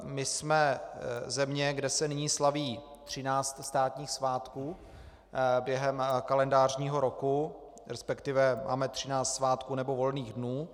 My jsme země, kde se nyní slaví 13 státních svátků během kalendářního roku, resp. máme 13 svátků nebo volných dnů.